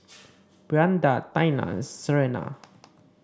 Brianda Taina Serena